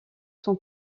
son